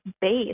base